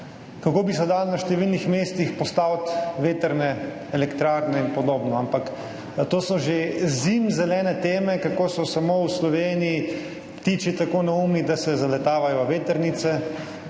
kako bi se dalo na številnih mestih postaviti vetrne elektrarne in podobno, ampak to so že zimzelene teme. Kako so samo v Sloveniji ptiči tako neumni, da se zaletavajo v vetrnice,